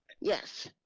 yes